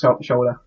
shoulder